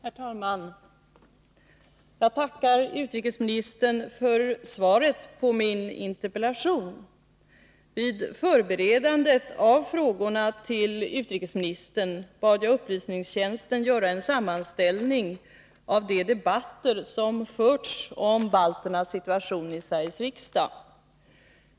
Herr talman! Jag tackar utrikesministern för svaret på min interpellation. Vid förberedandet av frågorna till utrikesministern bad jag upplysningstjänsten göra en sammanställning av de debatter som i Sveriges riksdag förts om balternas situation.